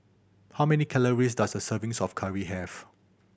how many calories does a servings of curry have